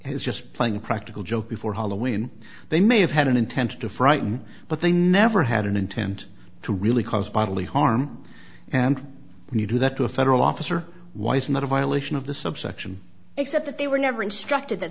is just playing a practical joke before halloween they may have had an intent to frighten but they never had an intent to really cause bodily harm and when you do that to a federal officer why it's not a violation of the subsection except that they were never instructed that